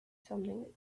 something